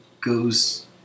goes